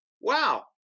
Wow